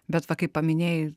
bet va kai paminėjai